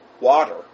water